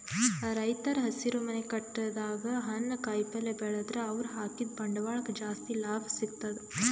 ರೈತರ್ ಹಸಿರುಮನೆ ಕಟ್ಟಡದಾಗ್ ಹಣ್ಣ್ ಕಾಯಿಪಲ್ಯ ಬೆಳದ್ರ್ ಅವ್ರ ಹಾಕಿದ್ದ ಬಂಡವಾಳಕ್ಕ್ ಜಾಸ್ತಿ ಲಾಭ ಸಿಗ್ತದ್